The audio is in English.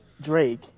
Drake